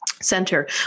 center